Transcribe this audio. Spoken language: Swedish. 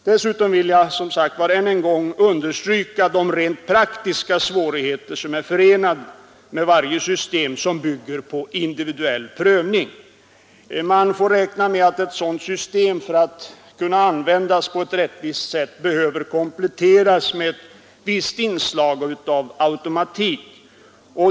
Dessutom vill jag som sagt än en gång understryka de rent praktiska svårigheter som är förenade med varje system som bygger på individuell prövning. Man får räkna med att ett sådant system för att kunna användas på ett rättvist sätt behöver kompletteras med ett visst inslag av automatik.